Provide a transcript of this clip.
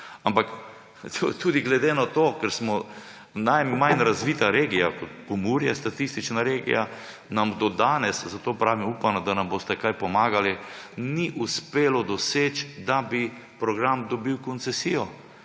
Ampak tudi glede na to, ker smo najmanj razvita regija, Pomurje statistična regija, nam do danes, zato pravim, upam, da nam boste kaj pomagali, ni uspelo doseči, da bi program dobil koncesijo.